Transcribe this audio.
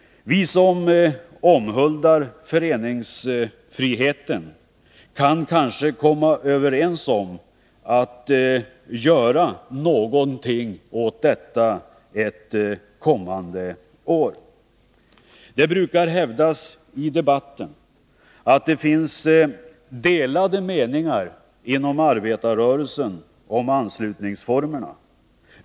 Vi som omhuldar föreningsfriheten kan kanske komma överens om att göra någonting åt detta ett kommande år. Det brukar hävdas i debatten att det finns delade meningar om anslutningsformerna inom arbetarrörelsen.